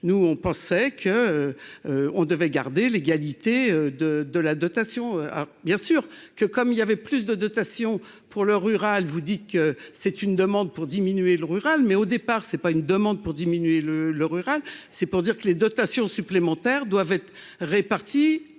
nous on pensait qu'on devait garder l'égalité de de la dotation ah bien sûr que comme il y avait plus de dotation pour le rural vous dit que c'est une demande pour diminuer le rural, mais au départ c'est pas une demande pour diminuer le le rural, c'est pour dire que les dotations supplémentaires doivent être répartis